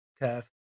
curve